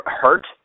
hurt